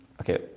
okay